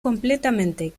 completamente